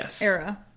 era